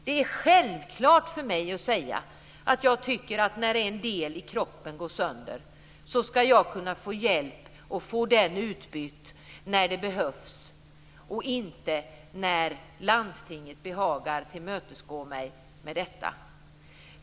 Det är självklart för mig att säga att när en del i kroppen går sönder ska jag kunna få hjälp och få delen utbytt när det behövs, inte när landstinget behagar tillmötesgå mig med detta.